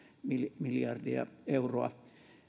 miljardia euroa